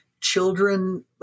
children